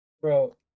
bro